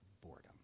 boredom